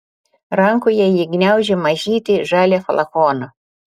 rankoje ji gniaužė mažytį žalią flakoną